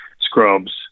scrubs